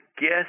guess